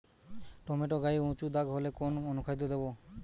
Tomato গায়ে উচু দাগ হলে কোন অনুখাদ্য দেবো?